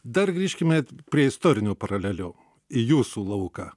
dar grįžkime prie istorinių paralelių į jūsų lauką